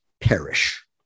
perish